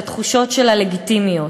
שהתחושות שלה לגיטימיות.